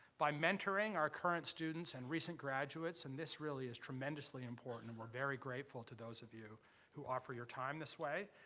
by mentoring our current students and recent graduates, and this really is tremendously important and we're very grateful to those of you who offer your time this way,